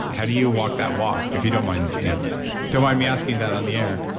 how do you walk that walk, if you don't mind you know don't mind me asking that on the air?